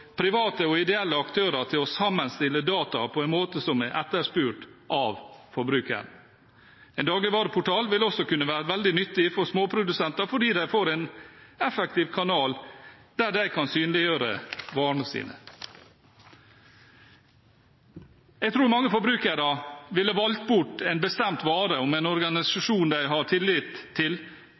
private og ideelle aktører til å sammenstille dataene på en måte som er etterspurt av forbrukeren. En dagligvareportal vil også kunne være veldig nyttig for småprodusenter fordi de får en effektiv kanal der de kan synliggjøre varene sine. Jeg tror mange forbrukere ville valgt bort en bestemt vare om en organisasjon de har tillit til,